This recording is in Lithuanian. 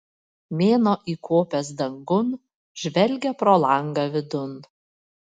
mėnuo įkopęs dangun žvelgia pro langą vidun